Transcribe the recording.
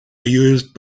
used